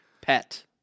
Pet